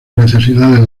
necesidades